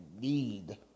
need